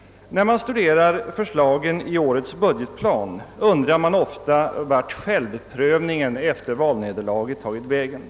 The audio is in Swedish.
När man studerar förslagen i årets budgetplan undrar man ofta vart självprövningen efter valnederlaget tagit vägen.